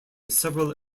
several